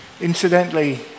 Incidentally